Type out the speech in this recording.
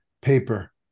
paper